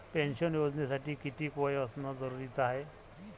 Pension योजनेसाठी कितीक वय असनं जरुरीच हाय?